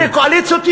אם יש צורך בקואליציה,